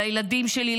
לילדים שלי,